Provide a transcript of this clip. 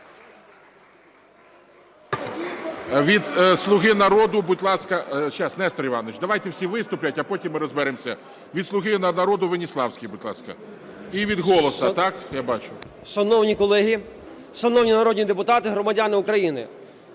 Шановні колеги, шановні народні депутати, громадяни України!